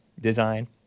design